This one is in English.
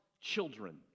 children